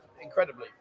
incredibly